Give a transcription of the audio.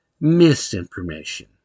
Misinformation